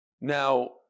Now